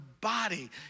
body